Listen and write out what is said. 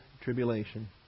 Tribulation